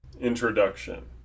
Introduction